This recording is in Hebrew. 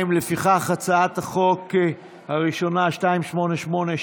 לפיכך, הצעת החוק הראשונה, 2882,